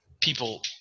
people